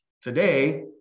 Today